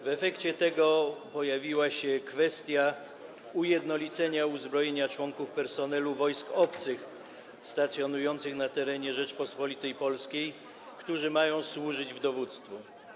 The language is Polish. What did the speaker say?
W efekcie tego pojawiła się kwestia ujednolicenia uzbrojenia członków personelu wojsk obcych stacjonujących na terenie Rzeczypospolitej Polskiej, którzy mają służyć w dowództwie.